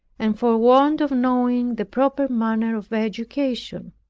and for want of knowing the proper manner of education.